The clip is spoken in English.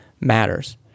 matters